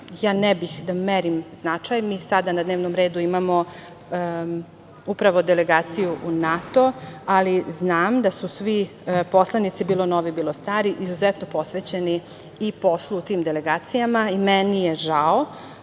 ne bih da merim značaj, mi sada na dnevnom redu imamo upravo Delegaciju u NATO, ali znam da su svi poslanici bilo novi, bilo stari, izuzetno posvećeni i poslu u tim delegacijama. Meni je žao